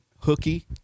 hooky